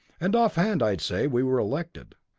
and off-hand, i'd say we were elected.